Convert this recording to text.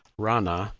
rana,